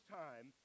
time